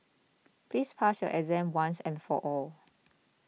please pass your exam once and for all